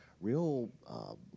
real